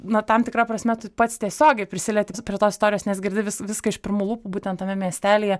na tam tikra prasme tu pats tiesiogiai prisilieti prie to istorijos nes girdi vis viską iš pirmų lūpų būtent tame miestelyje